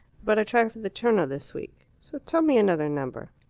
but i try for the terno this week. so tell me another number.